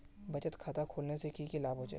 बचत खाता खोलने से की की लाभ होचे?